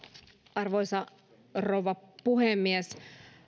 arvoisa rouva puhemies